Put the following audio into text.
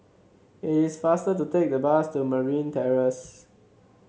it is faster to take the bus to Marine Terrace